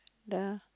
the